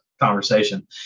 conversation